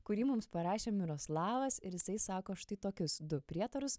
kurį mums parašė miroslavas ir jisai sako štai tokius du prietarus